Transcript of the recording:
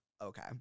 Okay